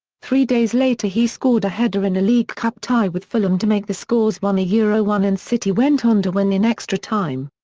three days later he scored a header in a league cup tie with fulham to make the scores one yeah one and city went on to win in extra time.